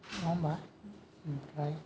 नङा होमबा ओमफ्राय